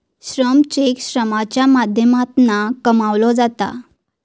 श्रम चेक श्रमाच्या माध्यमातना कमवलो जाता